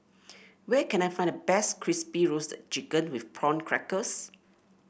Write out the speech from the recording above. where can I find the best Crispy Roasted Chicken with Prawn Crackers